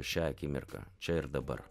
šia akimirka čia ir dabar